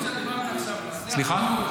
--- הדיון שדיברת עכשיו --- סליחה?